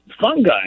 fungi